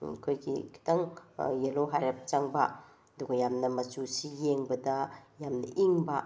ꯑꯩꯈꯣꯏꯒꯤ ꯈꯤꯇꯪ ꯌꯦꯜꯂꯣ ꯍꯥꯏꯔꯞ ꯆꯪꯕ ꯑꯗꯨꯒ ꯌꯥꯝꯅ ꯃꯆꯨꯁꯤ ꯌꯦꯡꯕꯗ ꯌꯥꯝꯅ ꯏꯪꯕ